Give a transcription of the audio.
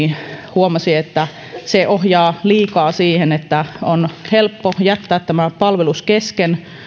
huomasin että se ohjaa liikaa siihen että on helppo jättää palvelus kesken